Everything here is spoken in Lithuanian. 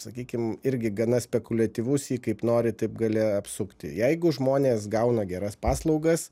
sakykim irgi gana spekuliatyvus jį kaip nori taip gali apsukti jeigu žmonės gauna geras paslaugas